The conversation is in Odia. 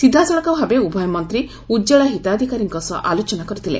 ସିଧାସଳଖ ଭାବେ ଉଭୟ ମନ୍ତୀ ଉଜ୍ୱଳା ହିତାଧକାରୀଙ୍କ ସହ ଆଲୋଚନା କରିଥିଲେ